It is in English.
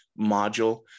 module